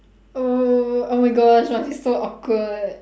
oh oh my gosh must be so awkward